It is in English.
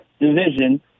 division